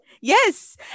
Yes